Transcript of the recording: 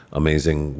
amazing